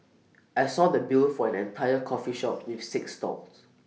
I saw the bill for an entire coffee shop with six stalls